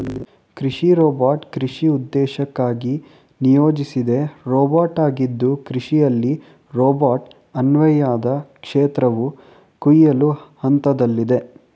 ಕೃಷಿ ರೋಬೋಟ್ ಕೃಷಿ ಉದ್ದೇಶಕ್ಕಾಗಿ ನಿಯೋಜಿಸಿದ ರೋಬೋಟಾಗಿದ್ದು ಕೃಷಿಯಲ್ಲಿ ರೋಬೋಟ್ ಅನ್ವಯದ ಕ್ಷೇತ್ರವು ಕೊಯ್ಲು ಹಂತದಲ್ಲಿದೆ